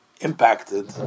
impacted